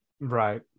Right